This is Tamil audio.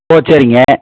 ஓ சரிங்க